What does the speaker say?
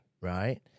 right